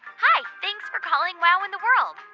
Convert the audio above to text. hi. thanks for calling wow in the world.